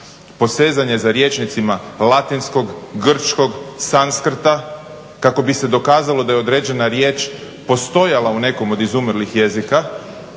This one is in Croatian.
posezanje za rječnicima latinskog, grčkog, sanskrta, kako bi se dokazalo da je određena riječ postojala u nekom od izumrlih jezika,